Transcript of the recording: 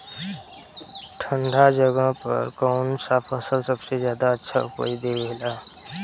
ठंढा जगह पर कौन सा फसल सबसे ज्यादा अच्छा उपज देवेला?